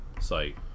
site